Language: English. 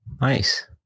nice